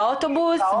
באוטובוס,